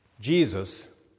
Jesus